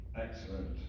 excellent